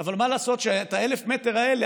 אבל מה לעשות שאת ה-1,000 מטר האלה,